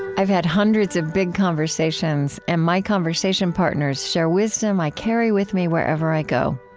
i've had hundreds of big conversations, and my conversation partners share wisdom i carry with me wherever i go.